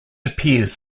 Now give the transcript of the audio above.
appears